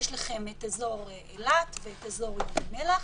יש לכם את אזור אילת ואת אזור ים המלח,